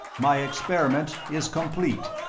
my experiment is complete!